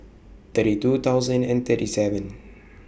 thirty two thousand and thirty seven